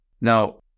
Now